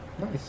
Nice